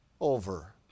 over